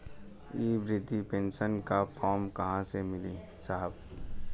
इ बृधा पेनसन का फर्म कहाँ मिली साहब?